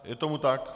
Je tomu tak.